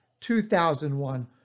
2001